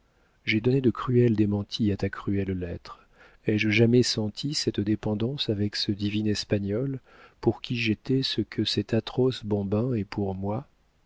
j'ai donné de cruels démentis à ta cruelle lettre ai-je jamais senti cette dépendance avec ce divin espagnol pour qui j'étais ce que cet atroce bambin est pour moi